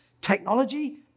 technology